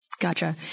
Gotcha